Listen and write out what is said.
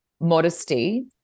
modesty